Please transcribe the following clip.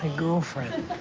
ah girlfriend.